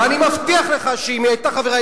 ואני מבטיח לך שאם היא היתה חברה,